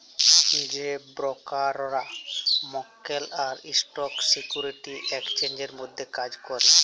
যে ব্রকাররা মক্কেল আর স্টক সিকিউরিটি এক্সচেঞ্জের মধ্যে কাজ ক্যরে